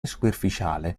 superficiale